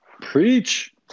Preach